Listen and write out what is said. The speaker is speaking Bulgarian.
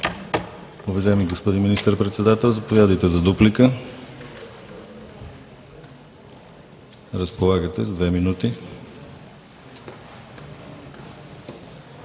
Уважаеми господин Министър-председател, заповядайте за дуплика. Разполагате с две минути.